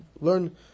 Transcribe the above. learn